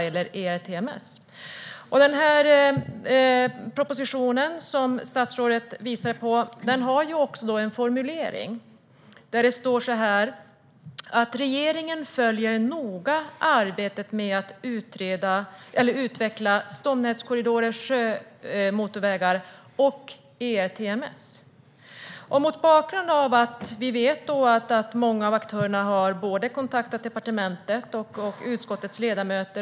Statsrådets proposition har en formulering som lyder: "Regeringen följer noga arbetet med att utveckla stomnätskorridorerna, sjömotorvägarna och ERTMS." Många av aktörerna har kontaktat både departementet och utskottets ledamöter angående detta.